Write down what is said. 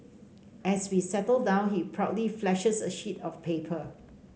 as we settle down he proudly flashes a sheet of paper